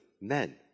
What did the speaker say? men